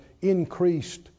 increased